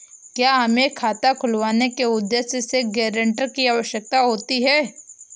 क्या हमें खाता खुलवाने के उद्देश्य से गैरेंटर की आवश्यकता होती है?